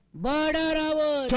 body will